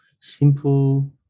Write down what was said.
simple